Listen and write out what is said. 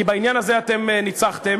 כי בעניין הזה אתם ניצחתם